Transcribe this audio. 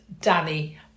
Danny